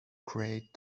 create